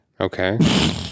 Okay